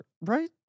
right